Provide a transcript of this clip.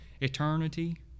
Eternity